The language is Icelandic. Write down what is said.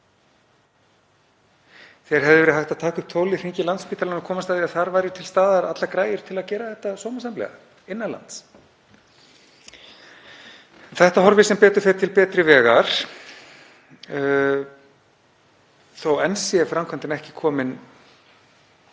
hægt hefði verið að taka upp tólið og hringja í Landspítalann til að komast að því að þar væru til staðar allar græjur til að gera þetta sómasamlega innan lands. Þetta horfir sem betur fer til betri vegar þótt enn sé framkvæmdin ekki komin